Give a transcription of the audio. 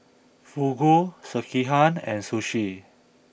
Fugu Sekihan and Sushi